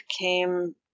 came